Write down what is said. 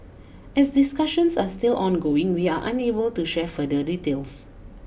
as discussions are still ongoing we are unable to share further details